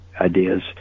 ideas